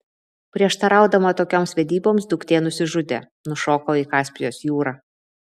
prieštaraudama tokioms vedyboms duktė nusižudė nušoko į kaspijos jūrą